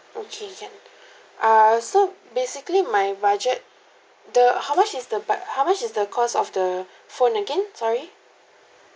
okay can ah so basically my budget the how much is the but how much is the cost of the phone again sorry